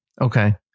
Okay